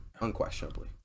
unquestionably